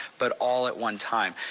but all at one time.